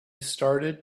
started